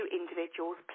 individuals